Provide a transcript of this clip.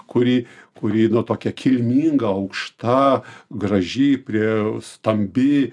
kuri kuri na tokia kilminga aukšta graži prie stambi